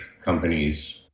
companies